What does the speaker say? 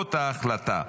בעקבות ההחלטה.